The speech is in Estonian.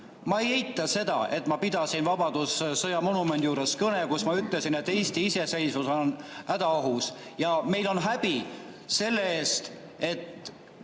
ma ei eita seda, et ma pidasin vabadussõja monumendi juures kõne, milles ma ütlesin, et Eesti iseseisvus on hädaohus, ja meil on häbi selle pärast, et